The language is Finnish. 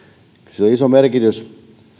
sillä on iso merkitys